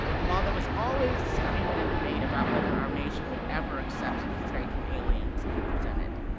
and while there was always disagreement and debate about whether our nation would ever accept a trade from aliens if presented,